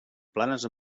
planes